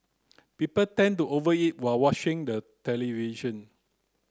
people tend to over eat while watching the television